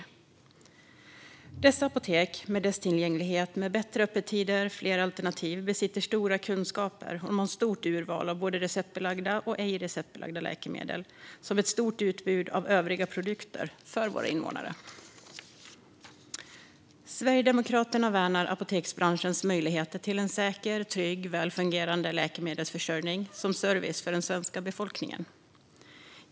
På dessa apotek, som är mer tillgängliga i och med att de har bättre öppettider och fler alternativ, besitter man stora kunskaper och har ett stort urval av både receptbelagda och ej receptbelagda läkemedel samt ett stort utbud av övriga produkter för våra invånare. Sverigedemokraterna värnar apoteksbranschens möjligheter att ge den svenska befolkningen en säker, trygg och välfungerande läkemedelsförsörjning som en service.